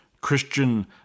Christian